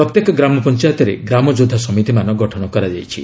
ପ୍ରତ୍ୟେକ ଗ୍ରାମପଞ୍ଚାୟତରେ ଗ୍ରାମ ଯୋଦ୍ଧା ସମିତିମାନ ଗଠନ କରାଯାଇଛି